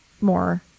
more